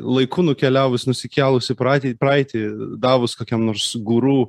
laiku nukeliavus nusikėlusi praeitį praeitį davus kokiam nors guru